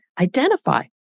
identify